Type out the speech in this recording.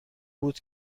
بود